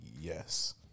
yes